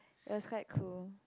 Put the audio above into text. it was quite cool